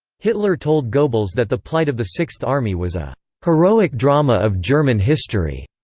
hitler told goebbels that the plight of the sixth army was a heroic drama of german history.